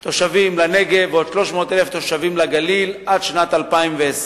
תושבים לנגב ועוד 300,000 תושבים לגליל עד שנת 2020,